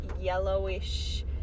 yellowish